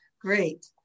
great